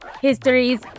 histories